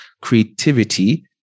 creativity